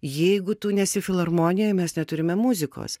jeigu tu nesi filharmonijoj mes neturime muzikos